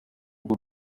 urwo